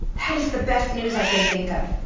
that is the best news i can think of.